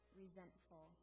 resentful